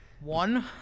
One